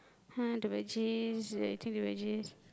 !huh! the veggies they're eating the veggies